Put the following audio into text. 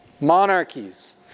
monarchies